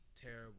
terrible